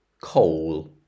coal